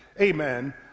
amen